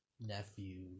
nephew